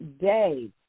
day